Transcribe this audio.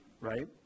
right